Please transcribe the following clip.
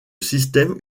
système